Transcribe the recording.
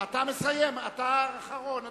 אתה אחרון הדוברים,